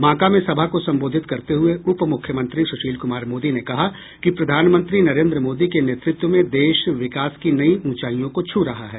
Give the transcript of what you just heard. बांका में सभा को संबोधित करते हुये उपमुख्यमंत्री सुशील कुमार मोदी ने कहा कि प्रधानमंत्री नरेन्द्र मोदी के नेतृत्व में देश विकास की नई ऊंचाईयों को छू रहा है